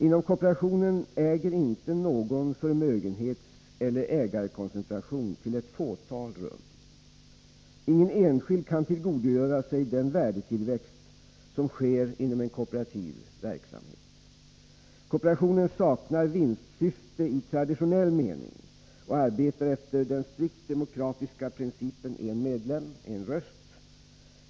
Inom kooperationen äger inte någon förmögenhetseller ägandekoncentration till ett fåtal rum. Ingen enskild kan tillgodogöra sig den värdetillväxt som sker inom en kooperativ verksamhet. Kooperationen saknar vinstsyfte i traditionell mening och arbetar efter den strikt demokratiska principen: en medlem — en röst.